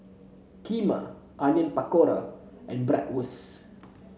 Kheema Onion Pakora and Bratwurst